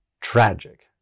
tragic